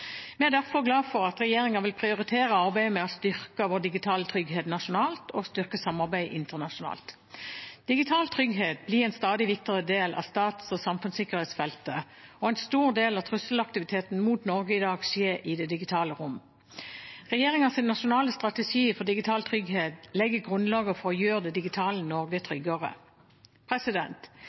Vi er derfor glad for at regjeringen vil prioritere arbeidet med å styrke vår digitale trygghet nasjonalt og styrke samarbeidet internasjonalt. Digital trygghet blir en stadig viktigere del av stats- og samfunnssikkerhetsfeltet, og en stor del av trusselaktiviteten mot Norge i dag skjer i det digitale rom. Regjeringens Nasjonal strategi for digital sikkerhet legger grunnlaget for å gjøre det digitale Norge tryggere.